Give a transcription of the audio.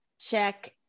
check